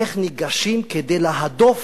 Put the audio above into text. איך ניגשים כדי להדוף